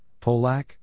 Polak